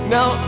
Now